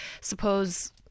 suppose